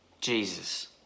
Jesus